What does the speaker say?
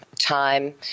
time